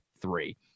three